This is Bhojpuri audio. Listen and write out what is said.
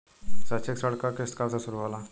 शैक्षिक ऋण क किस्त कब से शुरू होला?